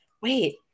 wait